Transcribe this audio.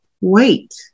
wait